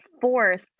fourth